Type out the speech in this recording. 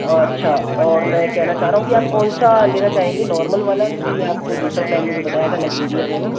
अच्छा और मैं कहना चाह रहा हूँ कि आप कौनसा लेना चाहेंगे नॉर्मल वाला कि आपको दूसरा प्लान मुझे बताया था लक्ज़रियस वाला